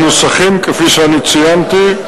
הנוסחים, כפי שאני ציינתי.